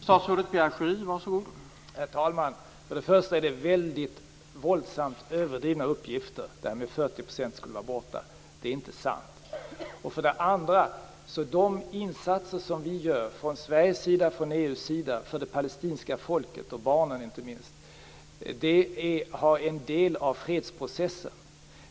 Herr talman! För det första är detta med att 40 % skulle ha försvunnit våldsamt överdriva uppgifter. Det är inte sant. För det andra är de insatser som görs från svensk sida och från EU:s sida för det palestinska folket - och inte för minst barnen - en del av fredsprocessen.